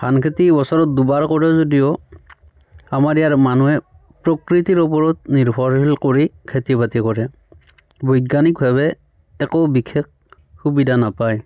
ধান খেতি বছৰত দুবাৰ কৰে যদিও আমাৰ ইয়াৰ মানুহে প্ৰকৃতিৰ ওপৰত নিৰ্ভৰশীল কৰি খেতি বাতি কৰে বৈজ্ঞানিকভাৱে একো বিশেষ সুবিধা নাপায়